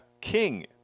King